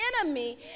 enemy